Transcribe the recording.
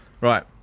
Right